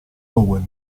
owen